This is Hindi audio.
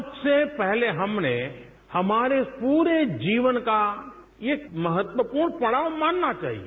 सबसे पहले हमने हमारे पूरे जीवन का एक महत्वपूर्ण पड़ाव मानना चाहिए